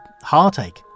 heartache